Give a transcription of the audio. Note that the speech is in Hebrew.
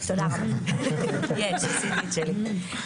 תודה רבה, יש, עשיתי את שלי.